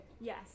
Yes